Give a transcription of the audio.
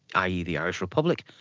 i. e. the irish republic,